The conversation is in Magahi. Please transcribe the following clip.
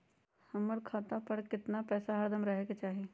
हमरा खाता पर केतना पैसा हरदम रहे के चाहि?